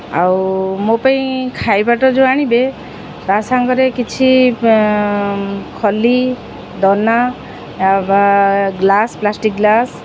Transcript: ଆଉ ମୋ ପାଇଁ ଖାଇବାଟା ଯେଉଁ ଆଣିବେ ତା ସାଙ୍ଗରେ କିଛି ଖଲି ଦନା ବା ଗ୍ଲାସ୍ ପ୍ଲାଷ୍ଟିକ୍ ଗ୍ଲାସ୍